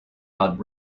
allowed